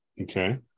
okay